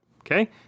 Okay